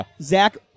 Zach